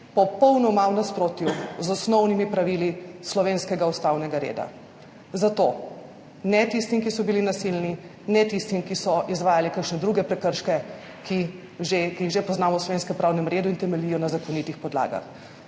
popolnoma v nasprotju z osnovnimi pravili slovenskega ustavnega reda. Zato. Ne tistim, ki so bili nasilni, ne tistim, ki so izvajali kakšne druge prekrške, ki jih že poznamo v slovenskem pravnem redu in temeljijo na zakonitih podlagah.